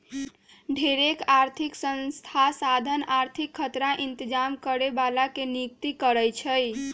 ढेरेक आर्थिक संस्था साधन आर्थिक खतरा इतजाम करे बला के नियुक्ति करै छै